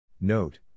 Note